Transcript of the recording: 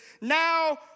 now